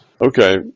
Okay